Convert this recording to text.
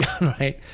right